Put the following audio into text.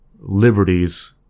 liberties